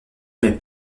mais